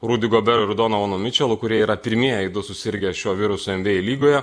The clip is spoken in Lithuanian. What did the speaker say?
rudi goberu ir donovanu mičelu kurie yra pirmieji du susirgę šiuo virusu nba lygoje